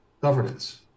governance